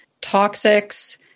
toxics